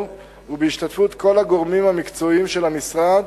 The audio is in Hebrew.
ובהשתתפות כל הגורמים המקצועיים של המשרד,